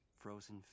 frozen